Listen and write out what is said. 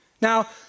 Now